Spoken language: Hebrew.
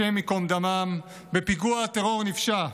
השם ייקום דמם, בפיגוע טרור נפשע.